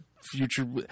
future